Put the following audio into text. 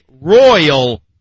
royal